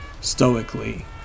stoically